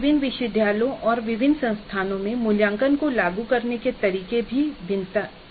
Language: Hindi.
विभिन्न विश्वविद्यालयों और विभिन्न संस्थानों में मूल्यांकन को लागू करने के तरीके में भी भिन्नता है